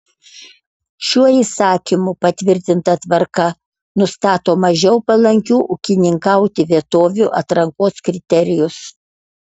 šiuo įsakymu patvirtinta tvarka nustato mažiau palankių ūkininkauti vietovių atrankos kriterijus